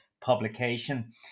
publication